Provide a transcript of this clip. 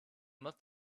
must